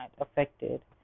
affected